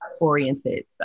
oriented